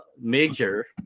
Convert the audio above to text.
major